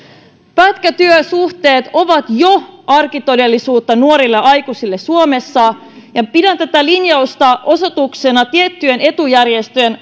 pätkätyösuhteet ovat jo arkitodellisuutta nuorilla aikuisilla suomessa ja pidän tätä linjausta osoituksena tiettyjen etujärjestöjen